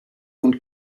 und